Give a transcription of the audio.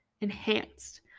enhanced